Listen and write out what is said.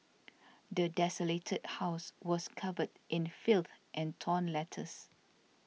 the desolated house was covered in filth and torn letters